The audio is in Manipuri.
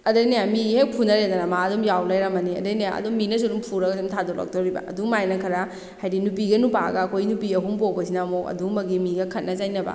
ꯑꯗꯩꯅꯦ ꯃꯤ ꯍꯦꯛ ꯐꯨꯅꯔꯦꯗꯅ ꯃꯥ ꯑꯗꯨꯝ ꯌꯥꯎ ꯂꯩꯔꯝꯃꯅꯤ ꯑꯗꯩꯅꯦ ꯑꯗꯨꯝ ꯃꯤꯅꯁꯨ ꯑꯗꯨꯝ ꯐꯨꯔꯒ ꯑꯗꯨꯝ ꯊꯥꯗꯣꯔꯛꯇꯣꯔꯤꯕ ꯑꯗꯨꯃꯥꯏꯅ ꯈꯔ ꯍꯥꯏꯗꯤ ꯅꯨꯄꯤꯒ ꯅꯨꯄꯥꯒ ꯑꯩꯈꯣꯏ ꯅꯨꯄꯤ ꯑꯍꯨꯝ ꯄꯣꯛꯄꯁꯤꯅ ꯑꯃꯨꯛ ꯑꯗꯨꯝꯕꯒꯤ ꯃꯤꯒ ꯈꯠꯅ ꯆꯩꯅꯕ